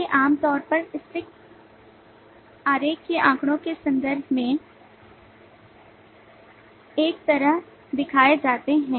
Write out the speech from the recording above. ये आमतौर पर स्टिक आरेख के आंकड़ों के संदर्भ में इस तरह दिखाए जाते हैं